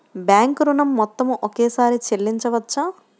Bank ఋణం మొత్తము ఒకేసారి చెల్లించవచ్చా?